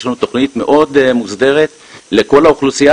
יש לנו תכנית מאוד מוסדרת לכל האוכלוסייה